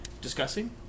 discussing